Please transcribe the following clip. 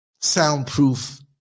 soundproof